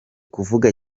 kuvuga